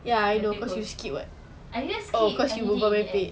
the paper I didn't even skip I did it in the end